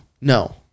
No